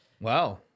Wow